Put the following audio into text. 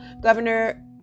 Governor